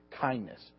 kindness